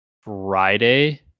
Friday